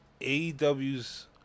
AEW's